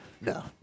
no